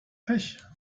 pech